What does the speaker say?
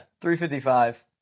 355